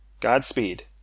Godspeed